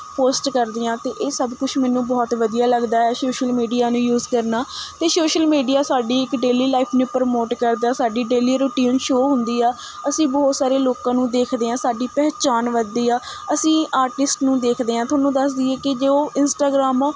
post ਕਰਦੀ ਹਾਂ ਅਤੇ ਇਹ ਸਭ ਕੁਛ ਮੈਨੂੰ ਬਹੁਤ ਵਧੀਆ ਲੱਗਦਾ ਹੈ ਸ਼ੋਸ਼ਲ ਮੀਡੀਆ ਨੂੰ ਯੂਜ਼ ਕਰਨਾ ਅਤੇ ਸ਼ੋਸ਼ਲ ਮੀਡੀਆ ਸਾਡੀ ਇੱਕ ਡੇਲੀ ਲਾਈਫ ਨੂੰ ਪ੍ਰਮੋਟ ਕਰਦਾ ਸਾਡੀ ਡੇਲੀ ਰੁਟੀਨ ਸ਼ੋਅ ਹੁੰਦੀ ਆ ਅਸੀਂ ਬਹੁਤ ਸਾਰੇ ਲੋਕਾਂ ਨੂੰ ਦੇਖਦੇ ਹਾਂ ਸਾਡੀ ਪਹਿਚਾਣ ਵੱਧਦੀ ਆ ਅਸੀਂ ਆਰਟਿਸਟ ਨੂੰ ਦੇਖਦੇ ਹਾਂ ਤੁਹਾਨੂੰ ਦੱਸ ਦੇਈਏ ਕਿ ਜੇ ਉਹ ਇੰਸਟਾਗ੍ਰਾਮ